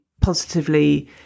positively